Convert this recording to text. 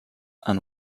and